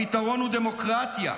הפתרון הוא דמוקרטיה,